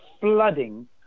flooding